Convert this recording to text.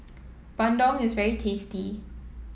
Bandung is very tasty